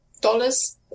dollars